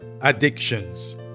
addictions